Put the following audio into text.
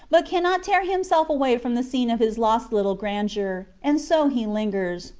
but cannot tear himself away from the scene of his lost little grandeur and so he lingers,